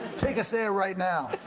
take us there right now.